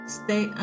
stay